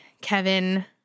Kevin